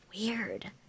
weird